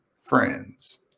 friends